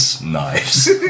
Knives